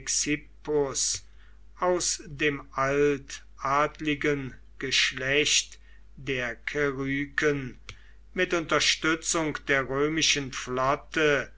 aus dem altadligen geschlecht der keryken mit unterstützung der römischen flotte